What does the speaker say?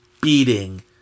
beating